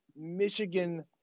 Michigan